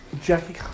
Jackie